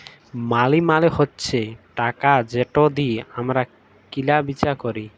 মালি মালে হছে টাকা যেট দিঁয়ে আমরা কিলা বিচা ক্যরি